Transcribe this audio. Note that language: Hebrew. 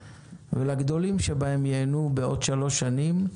והגדולים שבהם ייהנו בעוד שלוש שנים.